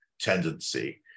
tendency